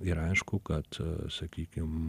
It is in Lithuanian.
ir aišku kad sakykim